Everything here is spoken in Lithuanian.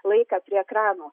laiką prie ekranų